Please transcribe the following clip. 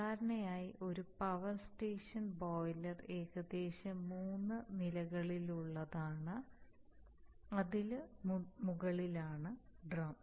സാധാരണയായി ഒരു power station boiler ഏകദേശം മൂന്ന് നിലകളുള്ളതാണ് അതിനു മുകളിലാണ് ഡ്രം